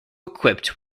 equipped